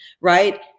right